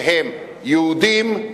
שהם יהודים,